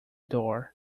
door